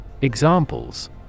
Examples